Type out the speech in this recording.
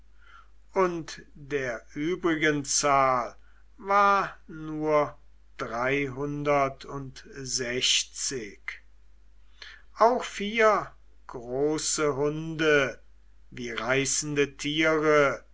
und der übrigen zahl war nur dreihundertundsechzig auch vier große hunde wie reißende tiere